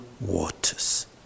waters